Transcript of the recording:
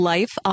Life